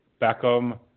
Beckham